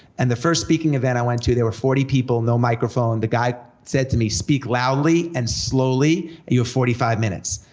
and the first speaking event i went to, there were forty people, no microphone, the guy said to me, speak loudly and slowly, you have forty five minutes.